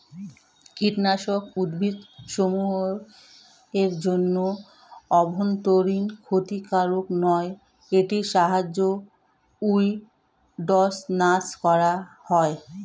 কীটনাশক উদ্ভিদসমূহ এর জন্য অভ্যন্তরীন ক্ষতিকারক নয় এটির সাহায্যে উইড্স নাস করা হয়